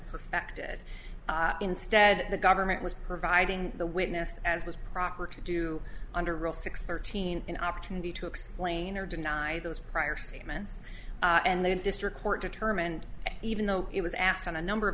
affected instead the government was providing the witness as was proper to do under rule six thirteen an opportunity to explain or deny those prior statements and the district court determined even though it was asked on a number of